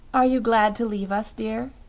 are you glad to leave us, dear?